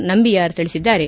Nambiar ತಿಳಿಸಿದ್ಲಾರೆ